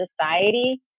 society